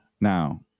Now